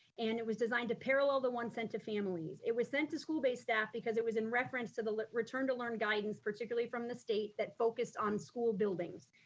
and it was designed to parallel the one sent to families. it was sent to school-based staff because it was in reference to the return to learn guidance, particularly from the state that focused on school buildings.